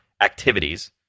activities